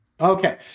Okay